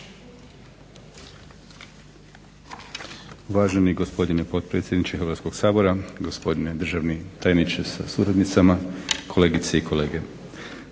Uvaženi gospodine potpredsjedniče Hrvatskog sabora, gospodine državni tajniče sa suradnicama, kolegice i kolege.